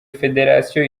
federasiyo